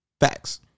Facts